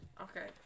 Okay